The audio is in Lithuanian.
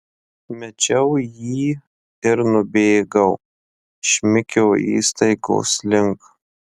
mečiau jį ir nubėgau šmikio įstaigos link